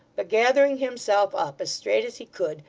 but gathering himself up as straight as he could,